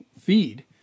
feed